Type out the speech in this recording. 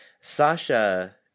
Sasha